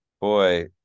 Boy